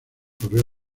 correo